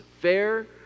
fair